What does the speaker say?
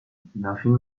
nothing